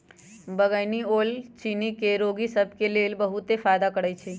बइगनी ओल चिन्नी के रोगि सभ के लेल बहुते फायदा करै छइ